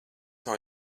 nav